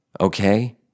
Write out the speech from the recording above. Okay